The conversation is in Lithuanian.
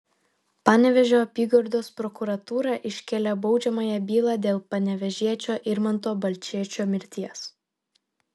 panevėžio apygardos prokuratūra iškėlė baudžiamąją bylą dėl panevėžiečio irmanto balčėčio mirties